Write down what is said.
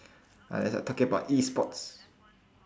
unless you're talking about E-sports